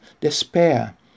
despair